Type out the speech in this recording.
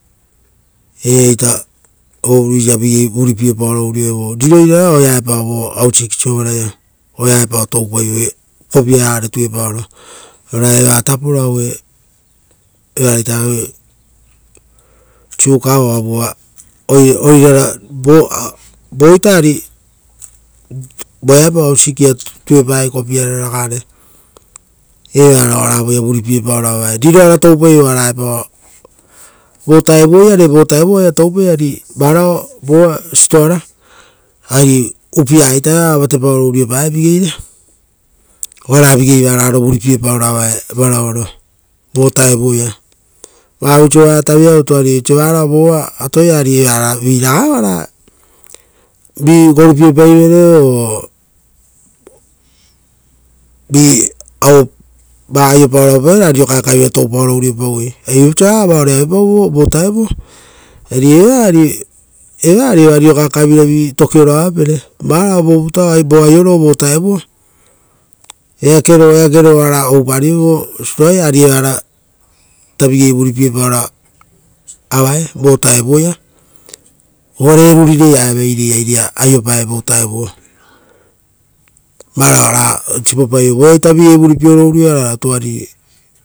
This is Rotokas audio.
Vao itakopa ovi oa vigei vuripiepaoro urioi vo vutaoia. Iu riro irara oeapao vo ruvarupa keparo oea epao toupaivoi kopiaraga re tuepaoro. Ora o upiavu vo varaua sovaraia. Uva oearovu oirara oea epao kopiaragare tuepai; evaraiava oara voea vuripiepaoro avapae, varao uvuapa aioro oara upiara karekepie-paivo, ora vigei varoro vuripie paoro avae varauaro vo vutaoia ari varao vova atoia, ari evara viraga oara, vigei gorupiepaivere o-va aioparivere ra riro kaekaevira toupari. ari viapau sora vaore auepau uvuapa aio; ari eva ari eva oa riro kaekaevira vi tokioro avapere. Eake aioro varao uvuapa aioro oara oupari ari evara ita vigei vuripiepaoro avae vo vutaoia. Uvare erurirei a evaire airea aiopae vo vutaoia oaraia vigei vuripieoro tuariri.